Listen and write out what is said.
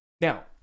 now